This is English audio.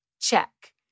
Check